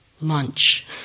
Lunch